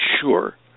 sure